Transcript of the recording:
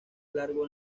largo